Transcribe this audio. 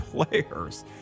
players